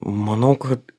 manau kad